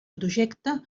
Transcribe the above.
projecte